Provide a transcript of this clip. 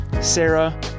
Sarah